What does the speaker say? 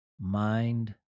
mind